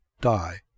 die